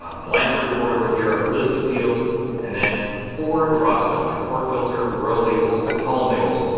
blank report over here, a list of fields and then four drop zones, report filter, row labels, column labels,